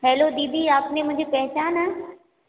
hello दीदी आपने मुझे पहचाना